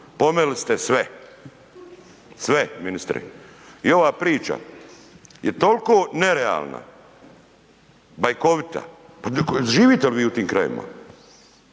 Pomeli ste sve, sve ministre. I ova priča je tolko nerealna, bajkovita, živite li vi u tim krajevima?